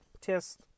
test